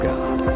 God